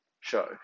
show